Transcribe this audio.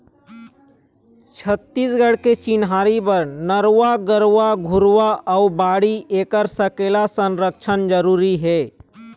छत्तीसगढ़ के चिन्हारी बर नरूवा, गरूवा, घुरूवा अउ बाड़ी ऐखर सकेला, संरक्छन जरुरी हे